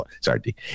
Sorry